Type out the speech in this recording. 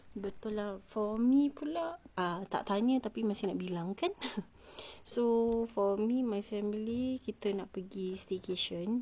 betul lah for me pula tak tanya tapi masih nak bilang kan so for me my family kita nak pergi staycation